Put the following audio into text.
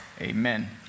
amen